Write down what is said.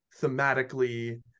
thematically